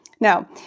Now